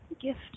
Gift